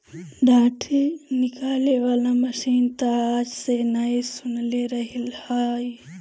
डाँठ निकाले वाला मशीन तअ आज ले नाइ सुनले रहलि हई